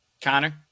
Connor